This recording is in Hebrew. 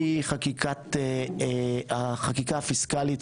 מהחקיקה הפיסקאלית,